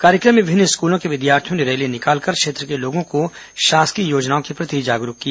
कार्यक्रम में विभिन्न स्कूलों के विद्यार्थियों ने रैली निकालकर क्षेत्र के लोगों को शासकीय योजनाओं के प्रति जागरूक किया